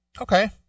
Okay